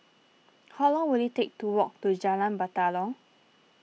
how long will it take to walk to Jalan Batalong